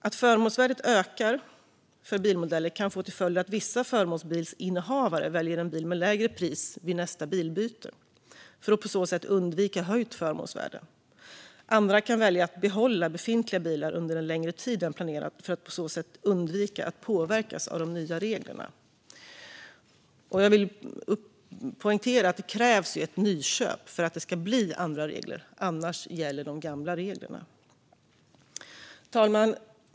Att förmånsvärdet ökar för bilmodeller kan få till följd att vissa förmånsbilsinnehavare väljer en bil med lägre pris vid nästa bilbyte, för att på så sätt undvika höjt förmånsvärde. Andra kan välja att behålla befintliga bilar under en längre tid än planerat, för att på så sätt undvika att påverkas av de nya reglerna. Jag vill poängtera att det krävs ett nyköp för att det ska bli andra regler. Annars gäller de gamla reglerna. Fru talman!